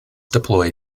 deploy